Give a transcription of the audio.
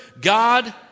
God